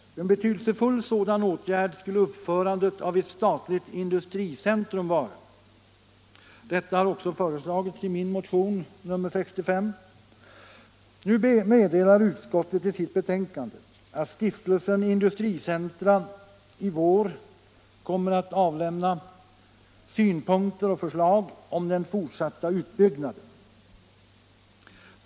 En betydelsefull sådan åtgärd skulle uppförandet av ett statligt industricentrum vara. Detta har också föreslagits i min motion nr 65. Nu meddelar utskottet i sitt betänkande att Stiftelsen Industricentra i år kommer att framlägga synpunkter och förslag om den fortsatta utbyggnaden.